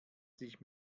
sich